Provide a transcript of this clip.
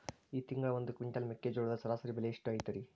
ಈ ತಿಂಗಳ ಒಂದು ಕ್ವಿಂಟಾಲ್ ಮೆಕ್ಕೆಜೋಳದ ಸರಾಸರಿ ಬೆಲೆ ಎಷ್ಟು ಐತರೇ?